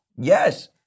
Yes